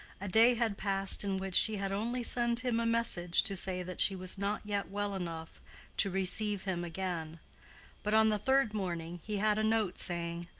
a day had passed in which she had only sent him a message to say that she was not yet well enough to receive him again but on the third morning he had a note saying,